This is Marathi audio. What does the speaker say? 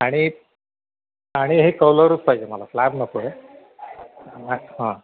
आणि आणि हे कौलरूच पाहिजे मला स्लॅब नको आहे